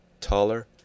taller